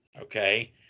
Okay